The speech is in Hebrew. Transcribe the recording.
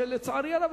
ולצערי הרב,